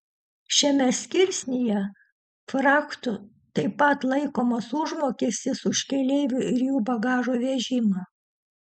šiame skirsnyje frachtu taip pat laikomas užmokestis už keleivių ir jų bagažo vežimą